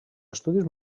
estudis